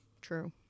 True